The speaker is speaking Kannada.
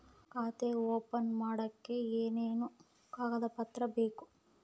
ಖಾತೆ ಓಪನ್ ಮಾಡಕ್ಕೆ ಏನೇನು ಕಾಗದ ಪತ್ರ ಬೇಕು?